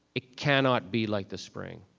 it cannot be like the spring.